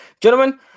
gentlemen